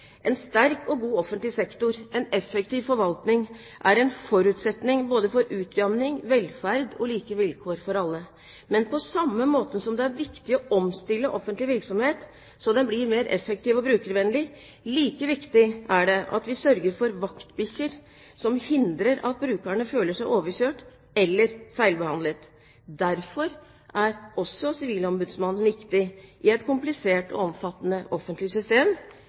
En sterk og god offentlig sektor, en effektiv forvaltning, er en forutsetning både for utjamning, velferd og like vilkår for alle. Men på samme måte som det er viktig å omstille offentlig virksomhet så den blir mer effektiv og brukervennlig, er det like viktig at vi sørger for vaktbikkjer som hindrer at brukerne føler seg overkjørt eller feilbehandlet. Derfor er også Sivilombudsmannen viktig i et komplisert og omfattende offentlig system